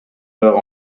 erreurs